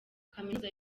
kaminuza